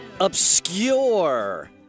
obscure